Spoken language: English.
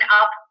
up